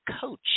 coach